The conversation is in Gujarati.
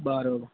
બરાબર